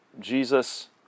Jesus